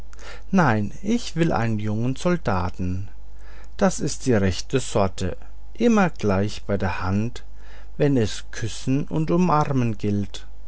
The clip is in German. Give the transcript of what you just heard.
nein ich will einen jungen soldaten das ist die rechte sorte immer gleich bei der hand wenn es küssen und umarmen gilt